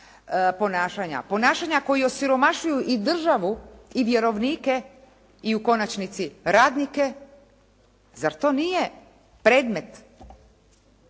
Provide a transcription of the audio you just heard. ponašanja koji osiromašuju i državu i vjerovnike i u konačnici radnike, zar to nije predmet